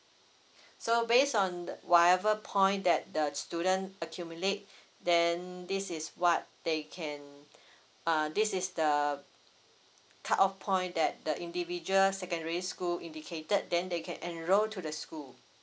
so based on the whatever point that the student accumulate then this is what they can uh this is the cut off point that the individual secondary school indicated then they can enroll to the school